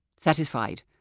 satisfied,